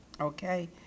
Okay